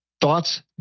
thoughts